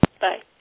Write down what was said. Bye